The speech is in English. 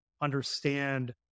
understand